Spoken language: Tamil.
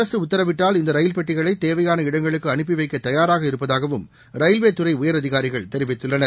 அரசு உத்தரவிட்டால் இந்த ரயில் பெட்டிகளை தேவையான இடங்களுக்கு அனுப்பி வைக்க தயாராக இருப்பதாகவும் ரயில்வே துறை உயர் அதிகாரிகள் தெரிவித்துள்ளனர்